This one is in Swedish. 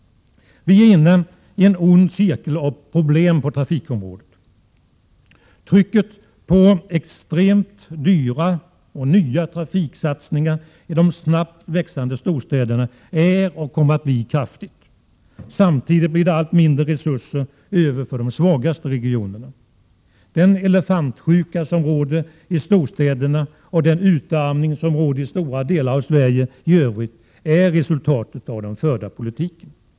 Vi är inne i en ond cirkel av problem på trafikområdet. Trycket på nya och extremt dyra trafikinvesteringar i de snabbt växande storstäderna är och kommer att bli kraftigt. Samtidigt blir det allt mindre resurser över för de svagaste regionerna. Den elefantsjuka som råder i storstäderna och den utarmning som råder i stora delar av Sverige i övrigt är resultatet av den förda politiken.